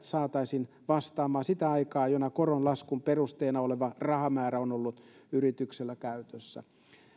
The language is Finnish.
saataisiin vastaamaan sitä aikaa jona koron laskun perusteena oleva rahamäärä on ollut yrityksellä käytössä